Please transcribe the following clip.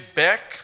back